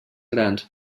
grans